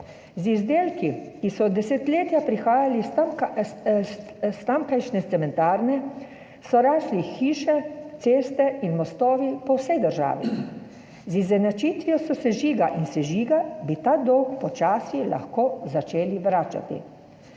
Z izdelki, ki so desetletja prihajali iz tamkajšnje cementarne, so rasli hiše, ceste in mostovi po vsej državi. Z izenačitvijo sosežiga in sežiga bi ta dolg počasi lahko začeli vračati